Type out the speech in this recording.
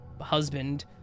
husband